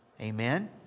amen